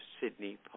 Sydney